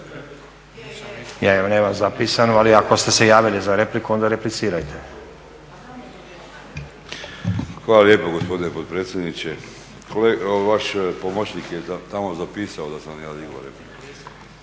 Hvala lijepo gospodine potpredsjedniče. Vaš pomoćnik je tamo zapisao da sam ja digao repliku.